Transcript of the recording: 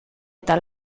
eta